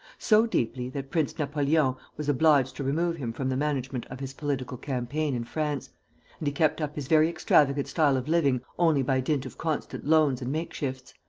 so deeply that prince napoleon was obliged to remove him from the management of his political campaign in france and he kept up his very extravagant style of living only by dint of constant loans and makeshifts.